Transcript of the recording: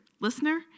listener